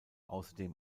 außerdem